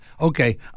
Okay